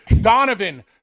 Donovan